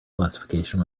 classification